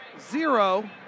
zero